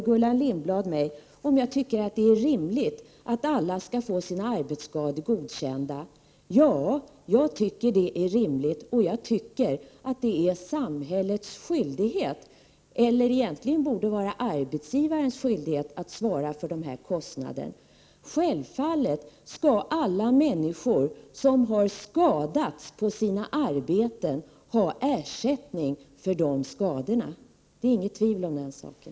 Gullan Lindblad frågade om jag tycker att det är rimligt att alla skall få sina arbetsskador godkända. Ja, jag tycker att det är rimligt, och jag tycker att det är samhällets skyldighet eller att det borde vara arbetsgivarens skyldighet att svara för dessa kostnader. Självfallet skall alla människor som har skadats på sina arbeten få ersättning för de skadorna — det är inget tvivel om den saken.